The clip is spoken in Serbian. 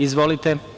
Izvolite.